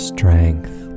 Strength